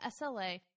SLA